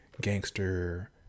gangster